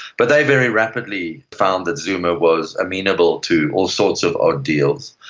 but they very rapidly found that zuma was amenable to all sorts of odd deals,